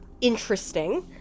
interesting